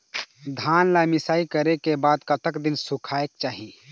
धान ला मिसाई करे के बाद कतक दिन सुखायेक चाही?